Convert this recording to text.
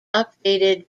updated